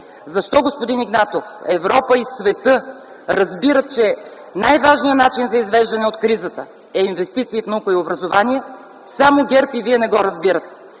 Господин Игнатов, защо Европа и светът разбират, че най-важният начин за извеждане от кризата е инвестиция в наука и образование, само Вие и ГЕРБ не го разбирате?